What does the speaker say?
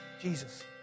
Jesus